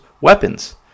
weapons